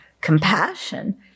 Compassion